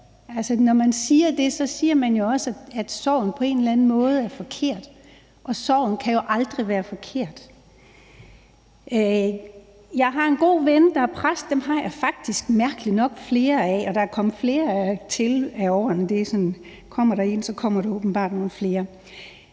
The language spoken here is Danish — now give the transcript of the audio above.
når man siger det sådan, så siger man jo også, at sorgen på en eller anden måde at forkert, og sorg kan jo aldrig være forkert. Jeg har en god ven, der er præst. Dem har jeg faktisk mærkeligt nok flere af, og der er kommet flere til gennem årene – kommer der en, så kommer der åbenbart nogle flere.